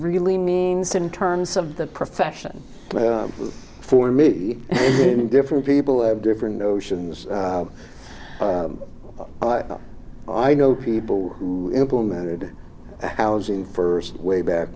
really means in terms of the profession for me and different people have different notions i know people who implemented housing first way back